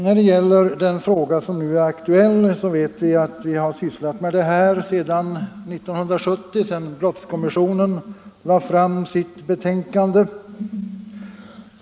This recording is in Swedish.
När det gäller den fråga som nu är aktuell, så vet vi att vi har sysslat med detta sedan 1970, då brottskommissionen lade fram sitt betänkande.